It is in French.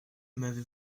m’avez